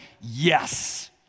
yes